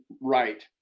right